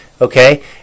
Okay